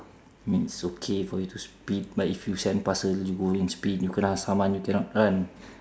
I mean it's okay for you to speed but if you send parcels you go and speed you kena summon you cannot run